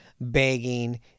begging